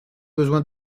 besoin